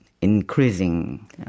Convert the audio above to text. increasing